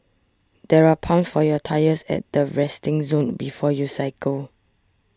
there are pumps for your tyres at the resting zone before you cycle